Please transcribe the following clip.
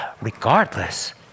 regardless